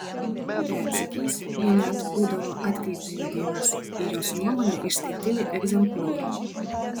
retsykiais ji net būdavo atkreipia jo dėmesį į jos nuomone išskirtinį egzempliorių